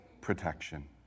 protection